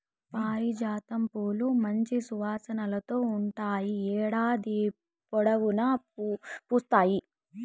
పారిజాతం పూలు మంచి సువాసనతో ఉంటాయి, ఏడాది పొడవునా పూస్తాయి